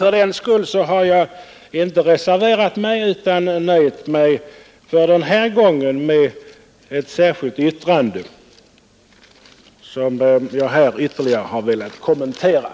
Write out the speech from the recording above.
Fördenskull har jag inte reserverat mig utan för den här gången nöjt mig med ett särskilt yttrande, som jag härmed ytterligare kommenterat.